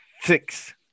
six